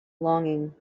longing